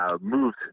moved